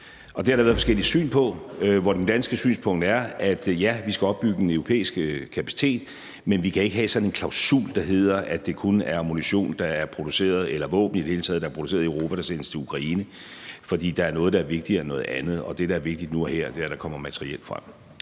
Det har der været forskellige syn på. Det danske synspunkt er, at vi skal opbygge en europæisk kapacitet, men vi kan ikke have sådan en klausul, der hedder, at det kun er ammunition eller våben i det hele taget, der er produceret i Europa, der sendes til Ukraine. For der er noget, der er vigtigere end noget andet, og det, der er vigtigt nu og her, er, at der kommer materiel frem.